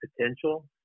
potential